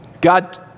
God